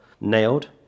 nailed